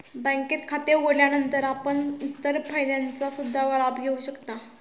बँकेत खाते उघडल्यानंतर आपण इतर फायद्यांचा सुद्धा लाभ घेऊ शकता